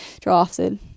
drafted